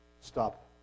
stop